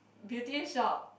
Beauty Shop